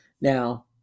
Now